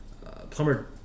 Plumber